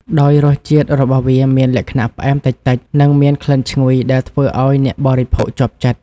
ដោយរសជាតិរបស់វាមានលក្ខណៈផ្អែមតិចៗ និងមានក្លិនឈ្ងុយដែលធ្វើឲ្យអ្នកបរិភោគជាប់ចិត្ត។